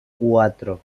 cuatro